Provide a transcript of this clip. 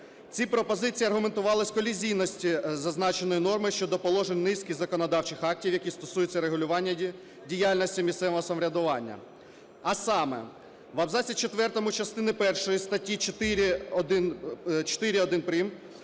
Ці пропозиції аргументувались колізійністю зазначеної норми щодо положень низки законодавчих актів, які стосуються регулювання діяльності місцевого самоврядування, а саме: в абзаці четвертому частини першої статті 4-1